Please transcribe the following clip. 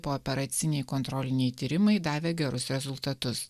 pooperaciniai kontroliniai tyrimai davė gerus rezultatus